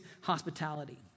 hospitality